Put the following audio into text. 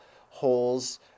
holes